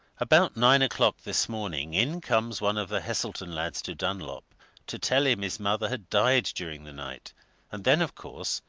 about nine o'clock this morning in comes one of the heselton lads to dunlop to tell him his mother had died during the night and then, of course,